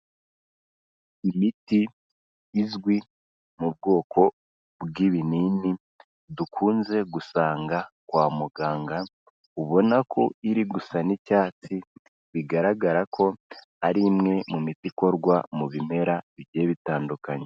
Imiti izwi mu bwoko bw'ibinini dukunze gusanga kwa muganga ubona ko iri gusa n'icyatsi, bigaragara ko ari imwe mu miti ikorwa mu bimera bigiye bitandukanye.